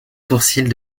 sourcils